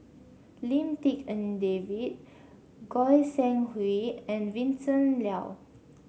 Lim Tik En David Goi Seng Hui and Vincent Leow